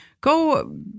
go